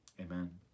Amen